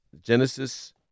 Genesis